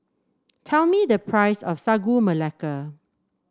tell me the price of Sagu Melaka